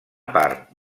part